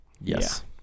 Yes